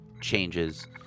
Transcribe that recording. changes